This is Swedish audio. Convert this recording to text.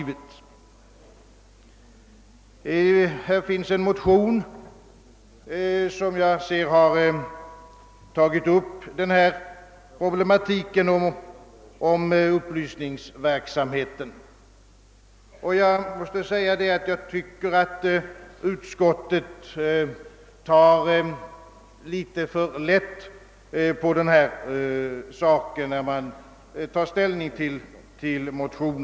Problematiken rörande upplysningsverksamheten har berörts i en motion, och jag tycker att utskottet tagit litet för lätt på saken vid behandlingen av denna motion.